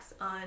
on